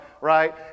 right